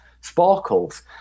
sparkles